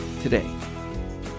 today